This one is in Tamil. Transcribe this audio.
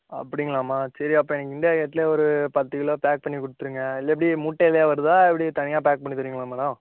அப்படிங்களாம்மா சரி அப்போது நீங்கள் இண்டியா கேட்லேயே ஒரு பத்து கிலோ பேக் பண்ணி கொடுத்துடுங்க இல்லை எப்படி மூட்டையிலேயே வருதா எப்படி தனியாக பேக் பண்ணி தருவீங்களா மேடோம்